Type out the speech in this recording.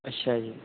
ਅੱਛਾ ਜੀ